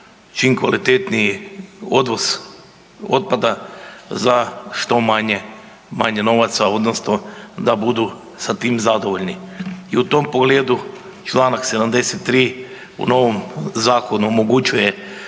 čim kvalitetniji odvoz otpada za što manje novaca odnosno da budu sa tim zadovoljni. I u tom pogledu čl. 73. u novom zakonu omogućuje